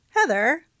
Heather